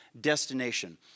destination